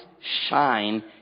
shine